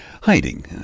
hiding